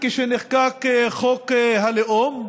כשנחקק חוק הלאום,